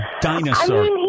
dinosaur